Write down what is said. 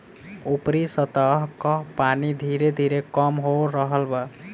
ऊपरी सतह कअ पानी धीरे धीरे कम हो रहल बा